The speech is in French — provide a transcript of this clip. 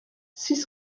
six